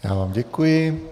Já vám děkuji.